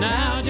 Now